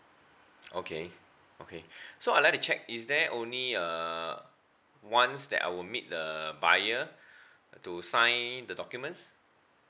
okay okay so I'd like to check is there only uh once that I will meet the buyer to sign the documents